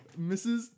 Mrs